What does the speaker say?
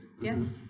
yes